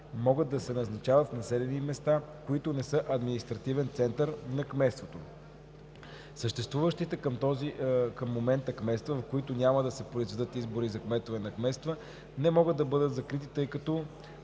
могат да се назначават в населени места, които не са административен център на кметство. Съществуващите към момента кметства, в които няма да се произведат избори за кметове на кметства, не могат да бъдат закрити, тъй като